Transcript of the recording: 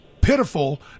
pitiful